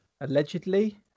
allegedly